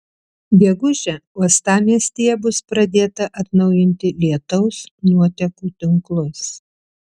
gegužę uostamiestyje bus pradėta atnaujinti lietaus nuotekų tinklus